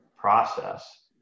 process